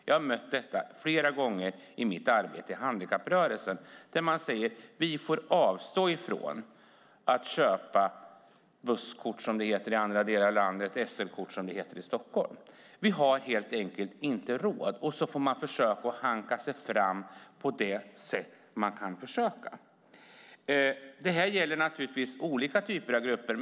Jag har mött det flera gånger i mitt arbete i handikapprörelsen. Det finns de som får avstå från att köpa busskort för att de helt enkelt inte har råd. I stället får de hanka sig fram på något sätt. Det här gäller naturligtvis olika grupper.